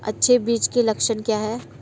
अच्छे बीज के लक्षण क्या हैं?